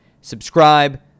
Subscribe